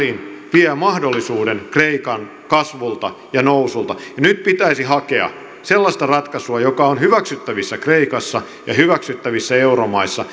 vie mahdollisuuden kreikan kasvulta ja nousulta ja nyt pitäisi hakea sellaista ratkaisua joka on hyväksyttävissä kreikassa ja hyväksyttävissä euromaissa